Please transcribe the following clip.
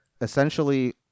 essentially